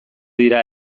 dira